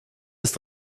ist